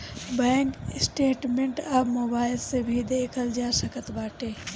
bank statement अब mobile से भी देखल जा सकत बाटे